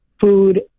food